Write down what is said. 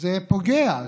וזה פוגע,